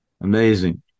Amazing